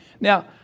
Now